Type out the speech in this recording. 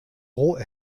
roh